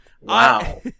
Wow